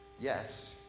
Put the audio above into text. Yes